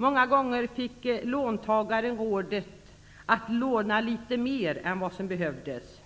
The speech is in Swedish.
Många gånger fick låntagaren rådet att låna litet mer än vad som behövdes.